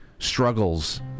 struggles